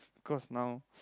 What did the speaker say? cause now